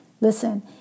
Listen